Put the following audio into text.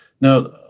Now